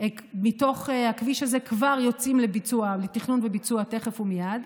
מתוך הכביש הזה כבר יוצאים לתכנון וביצוע תכף ומייד.